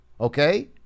Okay